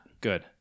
Good